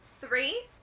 Three